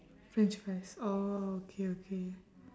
french fries orh okay okay